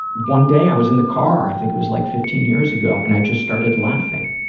one day i was in the car, i think it was like fifteen years ago, and i just started laughing,